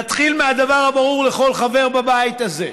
נתחיל מהדבר הברור לכל חבר בבית הזה.